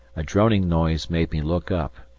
a droning noise made me look up,